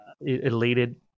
elated